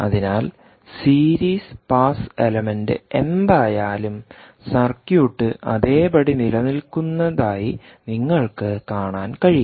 അതിനാൽ series pass element എന്തായാലും circuit അതേപടി നിലനിൽക്കുന്നതായി നിങ്ങൾക്ക് കാണാൻ കഴിയും